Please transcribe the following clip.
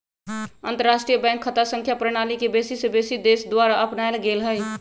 अंतरराष्ट्रीय बैंक खता संख्या प्रणाली के बेशी से बेशी देश द्वारा अपनाएल गेल हइ